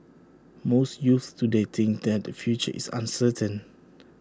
most youths today think that their future is uncertain